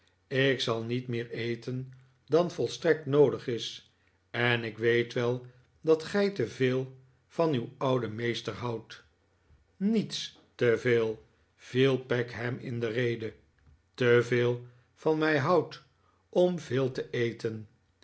ik zal niet meer eten dan volstrekt noodig is en ik weet wel dat gij te veel van uw ouden meester houdt niets te veel viel peg hem in de rede te veel van mij houdt om veel te eten